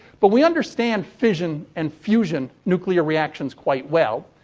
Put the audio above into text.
but we understand fission and fusion nuclear reactions quite well.